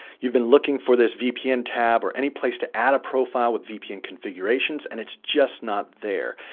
you've been looking for this vpn tab or any place to add a profile with vpn configurations and it's just not there.